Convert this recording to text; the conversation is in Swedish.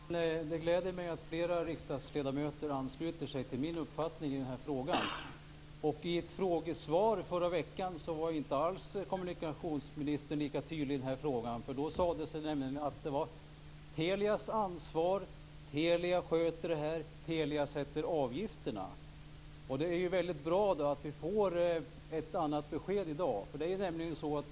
Fru talman! Det gläder mig att flera riksdagsledamöter ansluter sig till min uppfattning i frågan. I ett frågesvar i förra veckan var kommunikationsministern inte alls lika tydlig i frågan. Då sades det att det var Telias ansvar, Telia sköter det hela och Telia sätter avgifterna. Det är bra att vi får ett annat besked i dag.